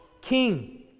king